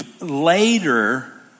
later